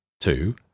Two